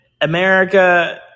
America